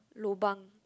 lobang